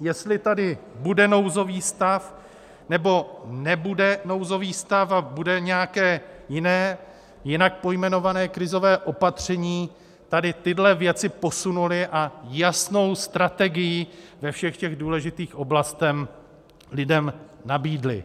jestli tady bude nouzový stav nebo nebude nouzový stav a bude nějaké jiné, jinak pojmenované krizové opatření, tyhle věci posunuli a jasnou strategii ve všech těch důležitých oblastech lidem nabídli.